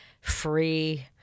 free